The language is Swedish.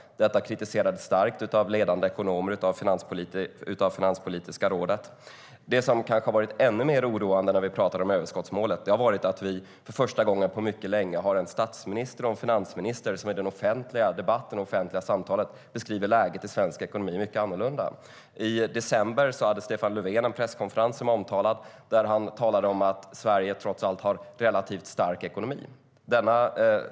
Detta kritiserades starkt av ledande ekonomer och av Finanspolitiska rådet. Det som kanske har varit ännu mer oroande när vi talar om överskottsmålet är att vi för första gången på mycket länge har en statsminister och en finansminister som i den offentliga debatten och det offentliga samtalet beskriver läget i svensk ekonomi på helt olika sätt. I december höll Stefan Löfven en presskonferens, som är omtalad, där han talade om att Sverige trots allt har en relativt stark ekonomi.